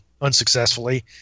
unsuccessfully